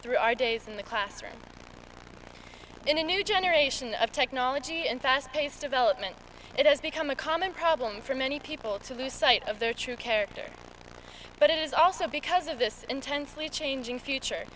through our days in the classroom in a new generation of technology and fast paced development it has become a common problem for many people to lose sight of their true character but it is also because of this intensely changing future